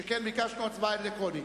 שכן ביקשנו הצבעה אלקטרונית.